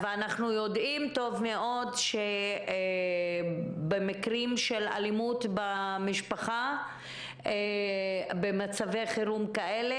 אנחנו יודעים טוב מאוד שבמקרים של אלימות במשפחה במצבי חירום כאלה,